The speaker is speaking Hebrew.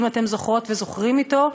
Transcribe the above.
אם אתם זוכרות וזוכרים אותו,